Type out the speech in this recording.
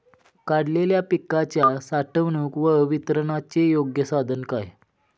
काढलेल्या पिकाच्या साठवणूक व वितरणाचे योग्य साधन काय?